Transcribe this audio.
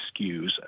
SKUs